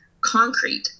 concrete